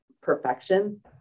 perfection